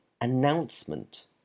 announcement